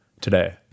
today